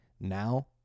Now